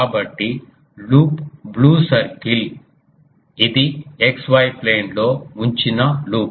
కాబట్టి loop blue circle ఇది X Y plane లో ఉంచిన లూప్